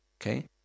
Okay